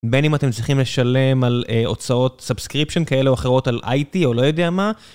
בין אם אתם צריכים לשלם על הוצאות סבסקריפשן כאלה או אחרות על איי.טי או לא יודע מה.